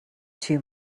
too